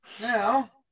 now